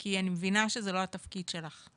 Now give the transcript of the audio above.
כי אני מבינה שזה לא התפקיד שלך,